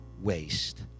waste